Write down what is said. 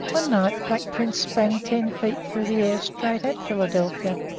one night black prince sprang ten feet through the air straight at philadelphia,